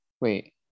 Wait